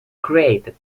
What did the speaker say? created